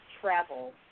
travel